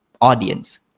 audience